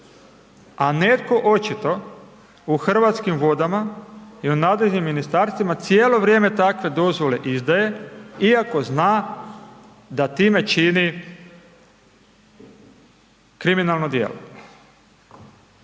a netko očito u Hrvatskim vodama i u nadležnim ministarstvima cijelo vrijeme takve dozvole izdaje iako zna da time čini kriminalno djelo.